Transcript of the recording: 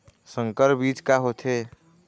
संकर बीज का होथे?